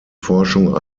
forschung